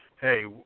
hey